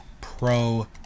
pro